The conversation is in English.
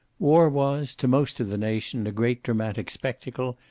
war was to most of the nation a great dramatic spectacle,